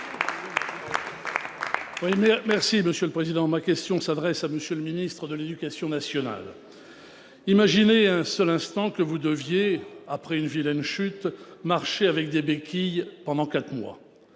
socialiste et républicain. Ma question s'adresse à M. le ministre de l'éducation nationale. Imaginez, un seul instant, que vous deviez, après une vilaine chute, marcher avec des béquilles pendant quatre mois.